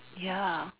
ya